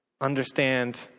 understand